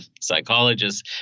psychologists